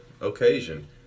occasion